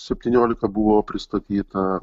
septyniolika buvo pristatyta